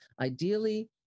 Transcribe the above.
ideally